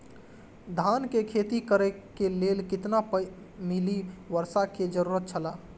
धान के खेती करे के लेल कितना मिली वर्षा के जरूरत छला?